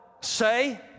say